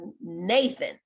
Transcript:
nathan